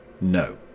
no